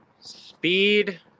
Speed